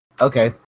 Okay